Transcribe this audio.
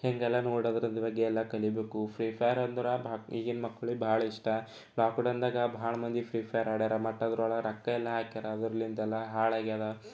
ಹೀಗೆಲ್ಲ ನೋಡದರ ಬಗ್ಗೆ ಎಲ್ಲ ಕಲಿಬೇಕು ಫ್ರೀ ಫೈರ್ ಅಂದರೆ ಈಗಿನ ಮಕ್ಕಳು ಬಹಳ ಇಷ್ಟ ಲಾಕ್ ಡೌನ್ದಾಗೆ ಬಹಳ ಮಂದಿ ಫ್ರೀ ಫೈರ್ ಆಡ್ಯಾರ ಮತ್ತೆ ಅದರೊಳು ರೊಕ್ಕ ಎಲ್ಲ ಹಾಕ್ಯಾರ ಅದರಲ್ಲಿಂದೆಲ್ಲ ಹಾಳಾಗ್ಯದ